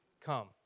come